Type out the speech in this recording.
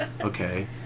Okay